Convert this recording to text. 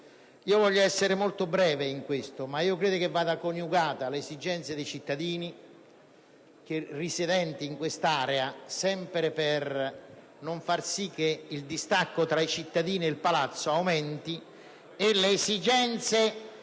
Voglio essere molto breve in questo ma credo che vadano coniugate le esigenze dei cittadini residenti in quest'area, sempre per non far sì che il distacco tra i cittadini e il Palazzo aumenti, e le esigenze